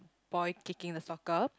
boy kicking the soccer